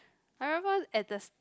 I remember at the